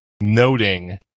noting